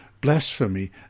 blasphemy